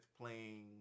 playing